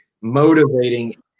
motivating